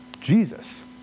Jesus